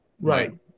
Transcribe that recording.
right